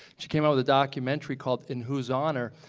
she came out with a documentary called in whose honor,